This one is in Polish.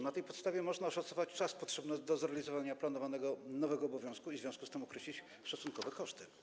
Na tej podstawie można oszacować czas potrzebny do zorganizowania nowego planowanego obowiązku i w związku z tym określić szacunkowe koszty.